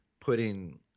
putting